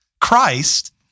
Christ